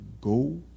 go